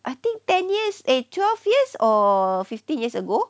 I think ten years eh twelve years or fifteen years ago